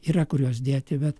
yra kur juos dėti bet